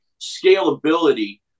scalability